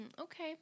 okay